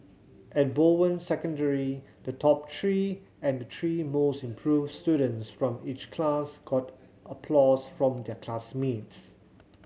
at Bowen Secondary the top three and the three most improved students from each class got applause from their classmates